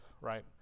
right